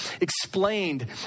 explained